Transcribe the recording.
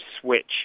switch